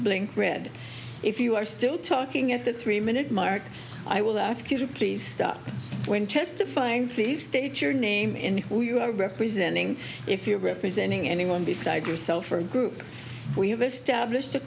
bling read if you are still talking at the three minute mark i will ask you to please stop when testifying the state your name in who you are representing if you are representing anyone besides yourself or a group we have established a